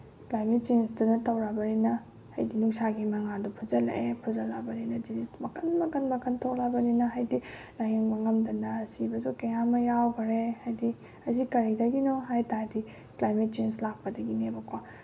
climate ꯆꯦꯟꯖꯇꯨꯅ ꯇꯧꯔꯛꯑꯕꯅꯤꯅ ꯍꯥꯏꯗꯤ ꯅꯨꯡꯁꯥꯒꯤ ꯃꯉꯥꯜꯗꯨ ꯐꯨꯖꯜꯂꯛꯑꯦ ꯐꯨꯖꯜꯂꯛꯑꯕꯅꯤꯅ ꯗꯤꯖꯤꯁ ꯃꯈꯜ ꯃꯈꯜ ꯃꯈꯜ ꯊꯣꯛꯂꯛꯑꯕꯅꯤꯅ ꯍꯥꯏꯗꯤ ꯂꯥꯏꯌꯦꯡꯕ ꯉꯝꯗꯅ ꯁꯤꯕꯁꯨ ꯀꯌꯥ ꯑꯃ ꯌꯥꯎꯈꯔꯦ ꯍꯥꯏꯗꯤ ꯑꯁꯤ ꯀꯔꯤꯗꯒꯤꯅꯣ ꯍꯥꯏ ꯇꯥꯔꯗꯤ ꯀ꯭ꯂꯥꯏꯃꯦꯠ ꯆꯦꯟꯖ ꯂꯥꯛꯄꯗꯒꯤꯅꯦꯕꯀꯣ